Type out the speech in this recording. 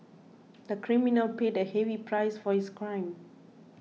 the criminal paid a heavy price for his crime